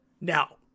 now